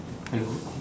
hello